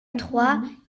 trois